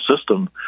system